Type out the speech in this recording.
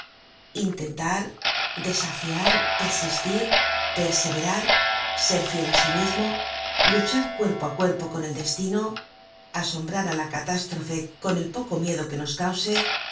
intentar desafiar persistir perseverar ser fiel á sí mismo luchar cuerpo á cuerpo con el destino asombrar á la catástrofe con el poco miedo que nos cause